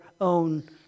own